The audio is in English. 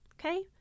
okay